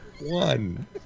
one